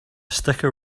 sticker